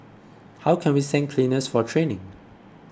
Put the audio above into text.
how can we send cleaners for training